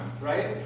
Right